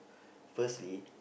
firstly